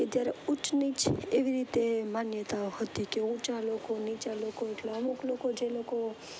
કે જ્યારે ઊંચ નીચ એવી રીતે માન્યતા હતી કે ઊંચા લોકો નીચા લોકો એટલા અમુક લોકો જે લોકો